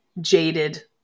jaded